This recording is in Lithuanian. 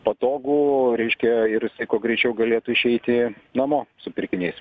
patogu reiškia ir kuo greičiau galėtų išeiti namo su pirkiniais